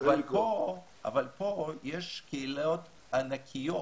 אבל פה יש קהילות ענקיות